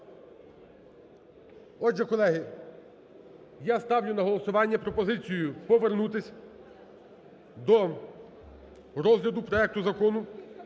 Отже, колеги, я ставлю на голосування пропозицію повернутись до розгляду проекту Закону